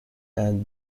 and